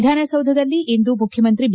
ವಿಧಾನಸೌಧದಲ್ಲಿಂದು ಮುಖ್ಯಮಂತ್ರಿ ಬಿ